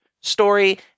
story